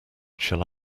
shall